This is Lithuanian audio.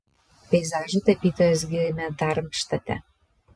peizažų tapytojas gimė darmštate